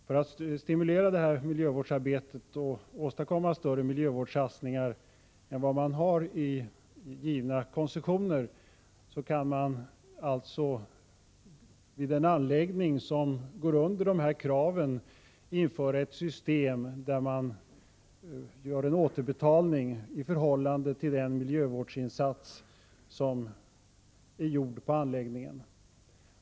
För att stimulera miljövårdsarbetet och åstadkomma större miljövårdssatsningar än vad man har i givna koncessioner kan det vid en anläggning som är ställd under dessa krav införas ett system med återbetalning i förhållande till miljövårdsinsatsen på anläggningen.